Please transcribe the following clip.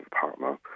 partner